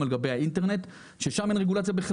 על גבי האינטרנט ששם אין בכלל רגולציה.